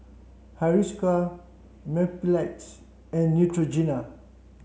Hiruscar Mepilex and Neutrogena